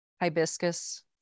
Hibiscus